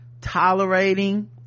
tolerating